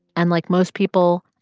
and like most people,